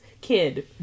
kid